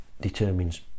determines